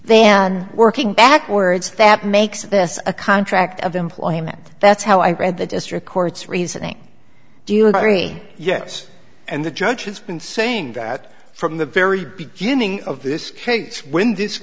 then working backwards that makes this a contract of employment that's how i read the district court's reasoning do you agree yes and the judge has been saying that from the very beginning of this case when this